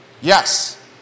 Yes